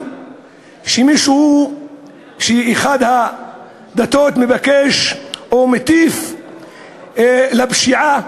שמישהו מאחת הדתות מבקש או מטיף לפשיעה,